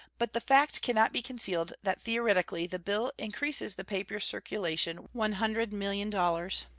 but the fact can not be concealed that theoretically the bill increases the paper circulation one hundred million dollars,